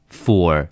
four